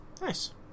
Nice